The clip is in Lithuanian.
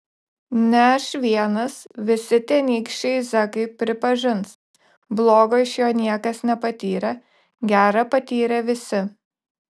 ne aš vienas visi tenykščiai zekai pripažins blogo iš jo niekas nepatyrė gera patyrė visi